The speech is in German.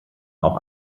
auch